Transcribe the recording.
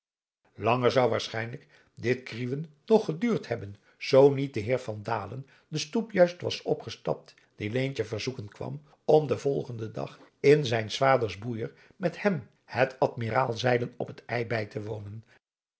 langer zou waarschijnlijk dit krieuwen nog geduurd hebben zoo niet de heer van dalen de stoep juist was opgestapt die leentje verzoeken kwam om den volgenden dag in zijns vaders boeijer met hem het admiraalzeilen op het ij bij te wonen